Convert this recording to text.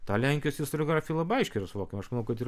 ta lenkijos istoriografijoj yra labai aiškiai suvokiama aš manau kad ir